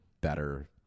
better